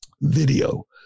video